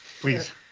Please